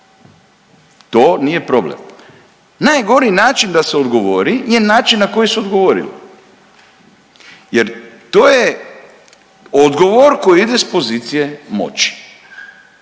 To nije problem, najgori način da se odgovori je način na koji se odgovorilo jer to je odgovor koji ide s pozicije moći,